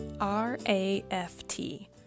R-A-F-T